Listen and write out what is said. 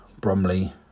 Bromley